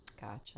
gotcha